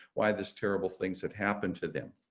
why this terrible things have happened to them.